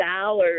dollars